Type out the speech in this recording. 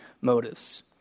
motives